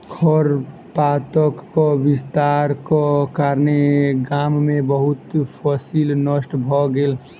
खरपातक विस्तारक कारणेँ गाम में बहुत फसील नष्ट भ गेल